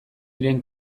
diren